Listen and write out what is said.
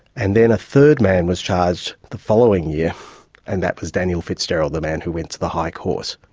and then a third man was charged the following year and that was daniel fitzgerald, the man who went to the high court.